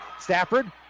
Stafford